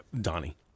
Donnie